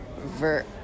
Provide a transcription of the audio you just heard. Ver